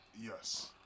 Yes